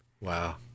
Wow